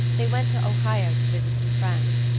they went to ohio to visit some friends.